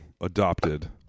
adopted